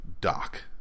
Doc